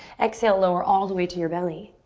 exhale, lower all the way to your belly.